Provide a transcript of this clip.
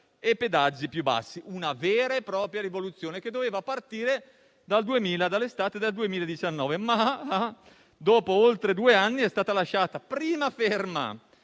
e pedaggi più bassi. Una vera e propria rivoluzione, che doveva partire dall'estate del 2019, ma che, dopo oltre due anni, è stata lasciata prima ferma